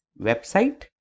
website